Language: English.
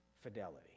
fidelity